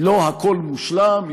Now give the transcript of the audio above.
לא הכול מושלם,